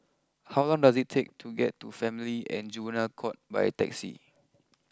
how long does it take to get to Family and Juvenile court by taxi